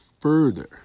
further